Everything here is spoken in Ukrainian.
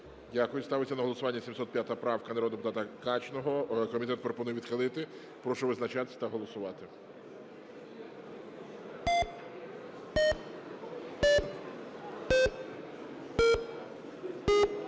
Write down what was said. Дякую. Ставиться на голосування 709 правка народного депутата Кальцева. Комітет пропонує її відхилити. Прошу визначатись та голосувати.